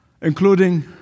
including